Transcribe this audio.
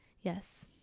Yes